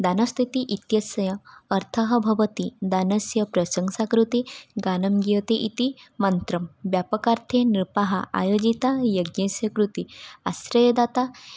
दानस्तुतिः इत्यस्य अर्थः भवति दानस्य प्रशंसाकृतिः दानं दीयते इति मन्त्रं व्यापकार्थे नृपाः आयोजितयज्ञस्य कृते आश्रयदाता